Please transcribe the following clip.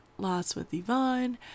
LostWithYvonne